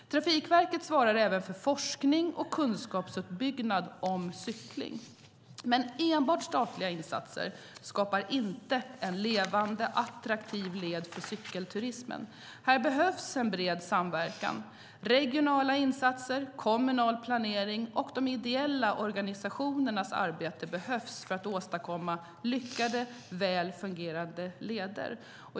Trafikverket svarar även för forskning och kunskapsuppbyggnad om cykling. Men enbart statliga insatser skapar inte en levande, attraktiv led för cykelturismen. Här behövs en bred samverkan. Regionala insatser, kommunal planering och de ideella organisationernas arbete behövs för att åstadkomma lyckade, väl fungerande leder.